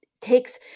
takes